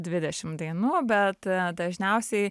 dvidešim dainų bet dažniausiai